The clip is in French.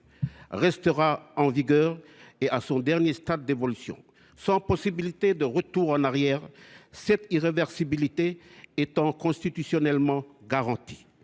restera en vigueur, à son dernier stade d’évolution, sans possibilité de retour en arrière, cette “irréversibilité” étant constitutionnellement garantie